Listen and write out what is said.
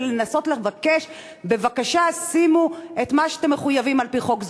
ולנסות לבקש: בבקשה שימו את מה שאתם מחויבים על-פי חוק.